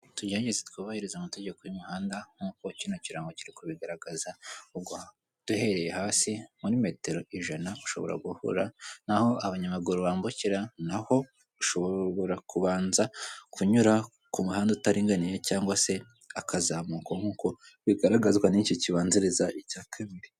Tugerageza twubahiriza amategeko y'umuhanda, nkuko kino kirango kiri kubigaragaza. Duhereye hasi muri metero ijana ushobora guhura naho abanyamaguru bambukira, naho ushobora kubanza kunyura ku muhanda utaringaniye cyangwa se akazamuka nkuko bigaragazwa n'iki kibanziriza icya kabiri.